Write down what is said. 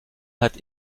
hat